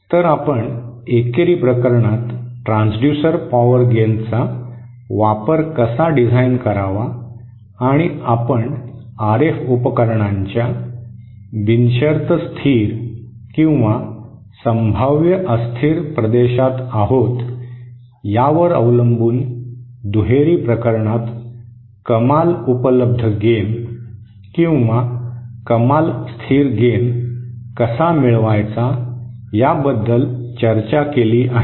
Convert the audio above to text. तर आपण एकेरी प्रकरणात ट्रान्सड्यूसर पॉवर गेनचा वापर कसा डिझाइन करावा आणि आपण आरएफ उपकरणांच्या बिनशर्त स्थिर किंवा संभाव्य अस्थिर प्रदेशात आहोत यावर अवलंबून दुहेरी प्रकरणात कमाल उपलब्ध गेन किंवा कमाल स्थिर गेन कसा मिळवायचा याबद्दल चर्चा केली आहे